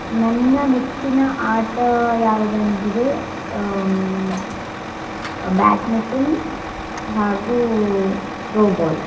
ನನ್ನ ನೆಚ್ಚಿನ ಆಟ ಯಾವುದಂದರೆ ಬ್ಯಾಟ್ಮಿಟನ್ ಹಾಗೂ ತ್ರೋಬಾಲ್